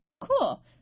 Cool